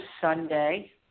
Sunday